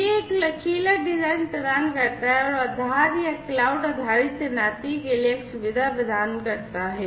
यह एक लचीला डिजाइन प्रदान करता है और आधार या क्लाउड आधारित तैनाती के लिए एक सुविधा प्रदान करता है